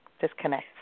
Disconnect